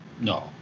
no